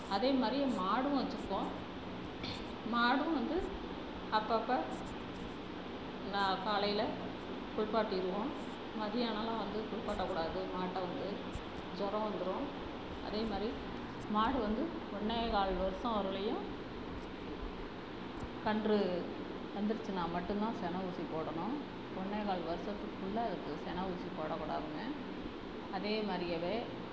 அதே மாதிரி மாடும் வச்சிருக்கோம் மாடும் வந்து அப்போ அப்போ நான் காலையில் குளிப்பாட்டிடுவோம் மதியானம்லாம் வந்து குளிப்பாட்டக்கூடாது மாட்டை வந்து ஜொரம் வந்துடும் அதே மாதிரி மாடு வந்து ஒன்னேகால் வருடம் வரைலயும் கன்று வந்துருச்சுனால் மட்டுந்தான் செனை ஊசி போடணும் ஒன்னேகால் வருசத்துக்குள்ள அதுக்கு செனை ஊசி போடக்கூடாதுங்க அதே மாதிரியவே